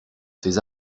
ces